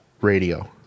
Radio